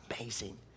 amazing